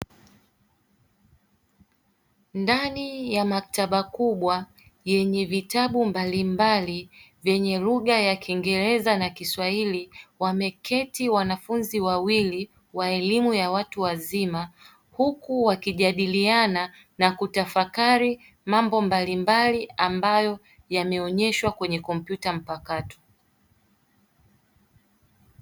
Ndani ya maktaba kubwa yenye vitabu mbalimbali vyenye lugha ya kiingereza na kiswahili wameketi wanafunzi wawili wa elimu ya watu wazima, huku wakijadiliana na kutafakari mambo mbalimbali ambayo yameonyeshwa kwenye kompyuta mpakato.